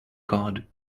card